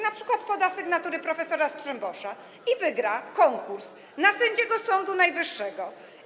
Na przykład poda sygnaturę prof. Strzembosza i wygra konkurs na sędziego Sądu Najwyższego?